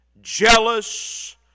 jealous